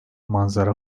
manzara